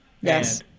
Yes